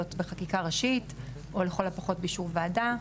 בחקיקה ראשית או לכל הפחות באישור ועדה,